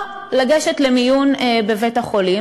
או לגשת למיון בבית-החולים,